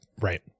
Right